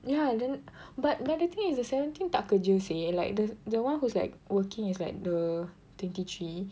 ya then but but then the thing is the seventeen tak kerja seh like the the one who's like working is like the twenty three